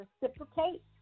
reciprocate